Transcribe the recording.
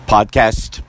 Podcast